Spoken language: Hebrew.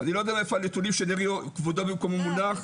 מאיפה הנתונים של נרי כבודו במקומו מונח,